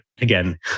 again